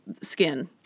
skin